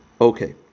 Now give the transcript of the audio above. Okay